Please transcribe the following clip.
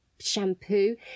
shampoo